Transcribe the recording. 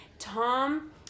Tom